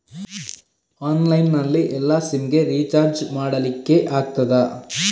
Online ನಲ್ಲಿ ಎಲ್ಲಾ SIM ಗೆ ರಿಚಾರ್ಜ್ ಮಾಡಲಿಕ್ಕೆ ಆಗ್ತದಾ?